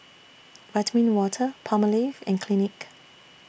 Vitamin Water Palmolive and Clinique